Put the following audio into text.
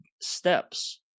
steps